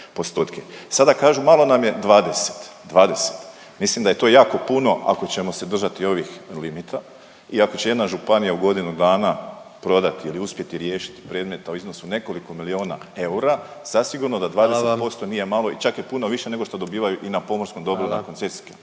Sada kažu malo nam je 20. Mislim da je to jako puno ako ćemo se držati ovih limita i ako će jedna županija u godinu dana prodati ili uspjeti riješiti predmet u iznosu od nekoliko milijona eura zasigurno da 20% nije malo … …/Upadica predsjednik: Hvala vam./… … i čak je puno više nego što dobivaju i na pomorskom dobru i na koncesijama.